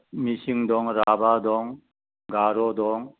मिसिं दं राभा दं गार' दं